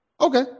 Okay